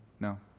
No